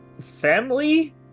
family